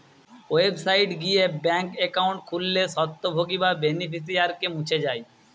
website গিয়ে bank account খুললে স্বত্বভোগী বা বেনিফিশিয়ারিকে মুছ যায়